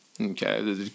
Okay